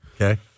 Okay